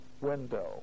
window